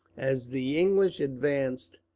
as the english advanced,